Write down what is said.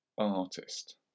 artist